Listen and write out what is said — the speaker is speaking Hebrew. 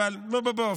בוא בוא בוא,